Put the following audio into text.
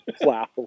Wow